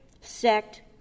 sect